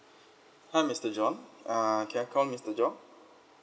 hi mister john uh can I call mister john